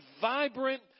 vibrant